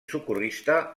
socorrista